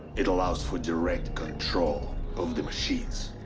it allows for direct control of the machines.